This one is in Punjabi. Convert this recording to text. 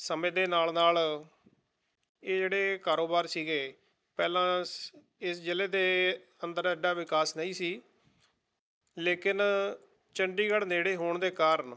ਸਮੇਂ ਦੇ ਨਾਲ ਨਾਲ ਇਹ ਜਿਹੜੇ ਕਾਰੋਬਾਰ ਸੀਗੇ ਪਹਿਲਾਂ ਸ ਇਸ ਜ਼ਿਲ੍ਹੇ ਦੇ ਅੰਦਰ ਐਡਾ ਵਿਕਾਸ ਨਹੀਂ ਸੀ ਲੇਕਿਨ ਚੰਡੀਗੜ੍ਹ ਨੇੜੇ ਹੋਣ ਦੇ ਕਾਰਨ